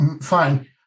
Fine